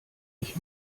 ich